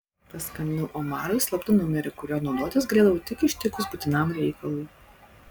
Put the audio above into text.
paskambinau omarui slaptu numeriu kuriuo naudotis galėdavau tik ištikus būtinam reikalui